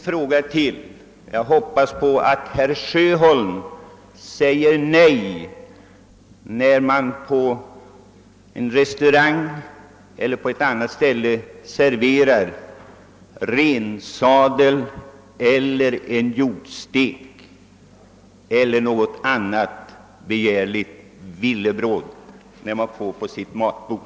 Sedan hoppas jag att herr Sjöholm säger nej när man på en restaurang eller något annat ställe vill servera honom rensadel, hjortstek eller något annat begärligt viltdjur.